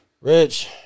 Rich